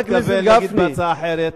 האבולוציה.